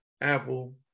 Apple